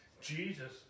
Jesus